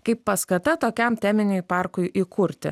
kaip paskata tokiam teminiui parkui įkurti